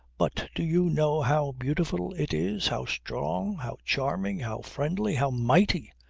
but do you know how beautiful it is, how strong, how charming, how friendly, how mighty.